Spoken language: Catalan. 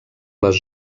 les